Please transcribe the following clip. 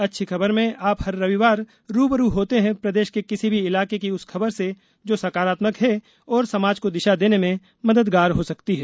अच्छी खबर में आप हर रविवार रू ब रू होते हैं प्रदेश के किसी भी इलाके की उस खबर से जो सकारात्मक है और समाज को दिशा देने में मददगार हो सकती है